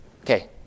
Okay